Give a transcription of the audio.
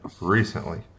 recently